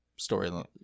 storyline